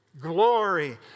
Glory